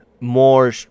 more